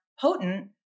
potent